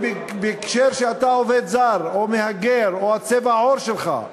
אם זה בהקשר שאתה עובד זר או מהגר או של צבע העור שלך,